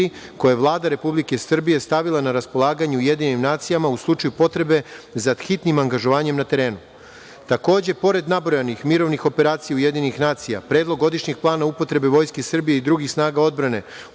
koje je Vlada Republike Srbije stavila na raspolaganje UN u slučaju potrebe za hitnim angažovanjem na terenu. Takođe pored nabrojanih mirovnih operacija UN Predlog godišnjeg plana upotrebe Vojske Srbije i drugih snaga odbrane